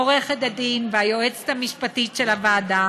עורכת הדין והיועצת המשפטית של הוועדה